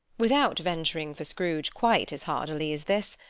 without venturing for scrooge quite as hardily as this,